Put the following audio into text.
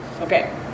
Okay